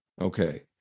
Okay